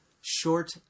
short